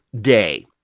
day